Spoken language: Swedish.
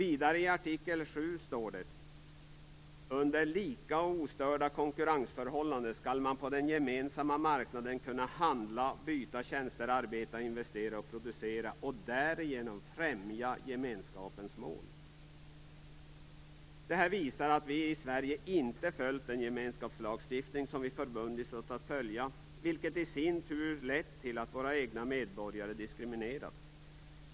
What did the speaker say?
Om artikel 7 står det: "Under lika och ostörda konkurrensförhållanden skall man på den gemensamma marknaden kunna handla och byta tjänster, arbeta, investera och producera och därigenom främja gemenskapens mål." Det här visar att vi i Sverige inte har följt den gemenskapslagstiftning som vi har förbundit oss att följa. Det har i sin tur lett till att våra egna medborgare diskrimineras.